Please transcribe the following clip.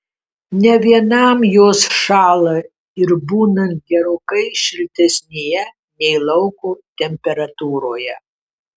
ne vienam jos šąla ir būnant gerokai šiltesnėje nei lauko temperatūroje